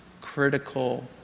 critical